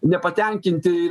nepatenkinti ir